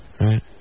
Right